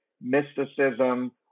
mysticism